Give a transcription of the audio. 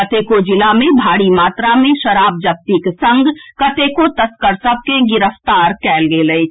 कतेको जिला मे भारी मात्रा मे शराब जब्तीक संग कतेको तस्कर सभ के गिरफ्तार कएल गेल अछि